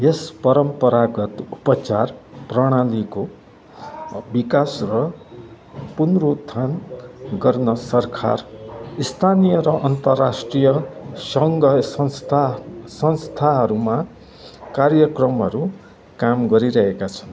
यस परम्परागत उपचार प्रणालीको विकास र पुनरुत्थान गर्न सरकार स्थानीय र अन्तर्राष्ट्रिय सङ्घसंस्था संस्थाहरूमा कार्यक्रमहरू काम गरिरहेका छन्